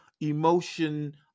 emotion